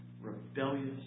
rebellious